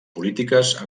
polítiques